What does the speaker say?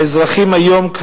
האזרחים היום,